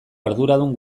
arduradun